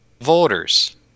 voters